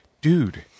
dude